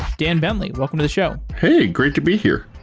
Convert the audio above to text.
dan bentley, welcome to the show. hey, great to be here.